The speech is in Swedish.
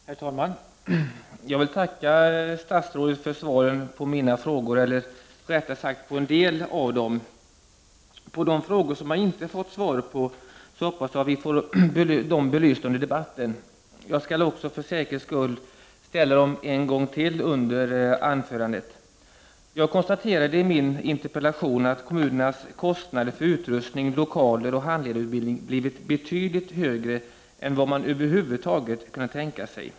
Herr talman! Jag vill tacka statsrådet för svaret på mina frågor eller, rättare sagt, på en del av dem. De frågor som jag inte har fått svar på hoppas jag kommer att belysas under debatten. Jag skall också, för säkerhets skull, ställa dem en gång till under anförandet. Jag konstaterade i min interpellation att kommunernas kostnader för utrustning, lokaler och handledarutbildning blivit betydligt högre än vad man över huvud taget kunnat tänka sig.